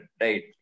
right